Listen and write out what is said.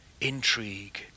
intrigue